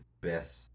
best